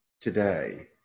today